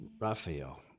Raphael